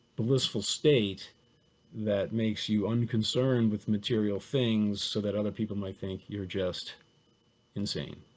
blissful state that makes you unconcerned with material things so that other people might think you're just insane.